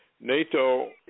NATO